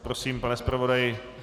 Prosím, pane zpravodaji.